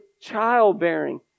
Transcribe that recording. childbearing